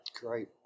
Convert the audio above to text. Great